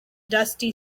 dusty